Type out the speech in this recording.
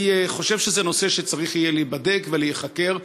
אני חושב שזה נושא שצריך יהיה להיבדק ולהיחקר,